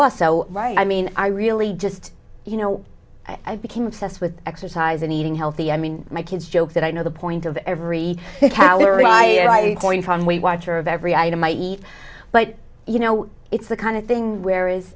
also right i mean i really just you know i became obsessed with exercise and eating healthy i mean my kids joke that i know the point of every calorie by going from weight watcher of every item i eat but you know it's the kind of thing where is